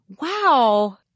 Wow